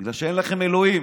בגלל שאין לכם אלוהים.